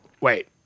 Wait